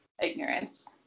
ignorance